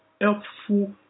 helpful